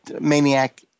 Maniac